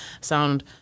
sound